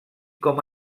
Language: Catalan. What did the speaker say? com